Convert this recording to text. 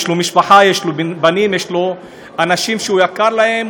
יש לו משפחה, יש לו בנים, יש אנשים שהוא יקר להם.